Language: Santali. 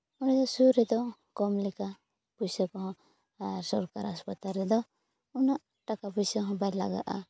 ᱚᱸᱰᱮ ᱥᱩᱨ ᱨᱮᱫᱚ ᱠᱚᱢ ᱞᱮᱠᱟ ᱯᱩᱭᱥᱟᱹ ᱠᱚ ᱦᱚᱸ ᱟᱨ ᱥᱚᱠᱟᱨᱟᱜ ᱦᱟᱥᱯᱟᱛᱟᱞ ᱨᱮᱫᱚ ᱩᱱᱟᱹᱜ ᱴᱟᱠᱟ ᱯᱚᱭᱥᱟ ᱦᱚᱸ ᱵᱟᱭ ᱞᱟᱜᱟ ᱟ